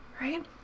Right